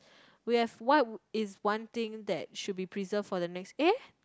we have what would is one thing that should be preserved for the next eh